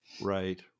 right